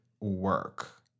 work